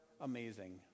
amazing